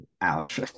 ouch